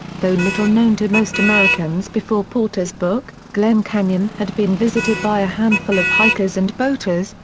though little known to most americans before porter's book, glen canyon had been visited by a handful of hikers and boaters,